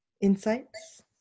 Insights